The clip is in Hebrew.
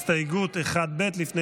הסתייגות 1 לחלופין